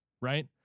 right